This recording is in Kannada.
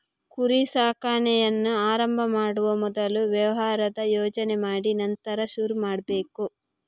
ಕುರಿ ಸಾಕಾಣೆಯನ್ನ ಆರಂಭ ಮಾಡುವ ಮೊದಲು ವ್ಯವಹಾರದ ಯೋಜನೆ ಮಾಡಿ ನಂತರ ಶುರು ಮಾಡ್ಬೇಕು